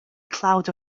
cloud